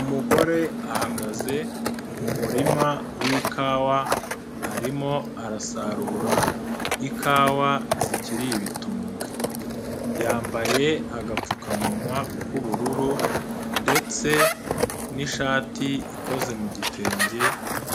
Umugore ahagaze mu murima w'ikawa arimo arasarura ikawa zikiri ibitumbwe, yambaye agapfukamunwa k'ubururu ndetse n'ishati ikoze mu gitenge